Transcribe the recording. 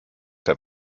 der